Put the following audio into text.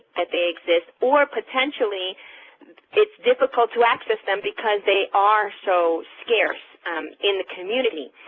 they exist, or potentially it's difficult to access them because they are so scarce in the community.